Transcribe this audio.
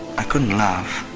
i couldn't laugh.